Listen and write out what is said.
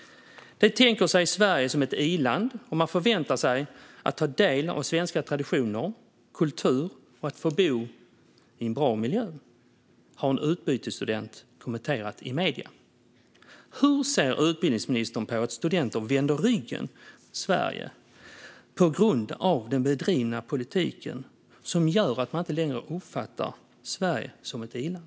Man tänker sig Sverige som ett i-land och förväntar sig att ta del av svenska traditioner och svensk kultur och att få bo i en bra miljö, har en utbytesstudent kommenterat i medier. Hur ser utbildningsministern på att studenter vänder ryggen åt Sverige på grund av den bedrivna politiken, som gör att man inte längre uppfattar Sverige som ett i-land?